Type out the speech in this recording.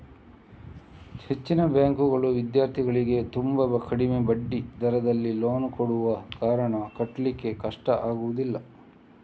ಹೆಚ್ಚಿನ ಬ್ಯಾಂಕುಗಳು ವಿದ್ಯಾರ್ಥಿಗಳಿಗೆ ತುಂಬಾ ಕಡಿಮೆ ಬಡ್ಡಿ ದರದಲ್ಲಿ ಲೋನ್ ಕೊಡುವ ಕಾರಣ ಕಟ್ಲಿಕ್ಕೆ ಕಷ್ಟ ಆಗುದಿಲ್ಲ